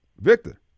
Victor